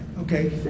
Okay